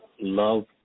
love